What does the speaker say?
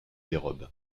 dérobe